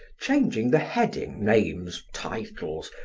changing the heading, names, titles,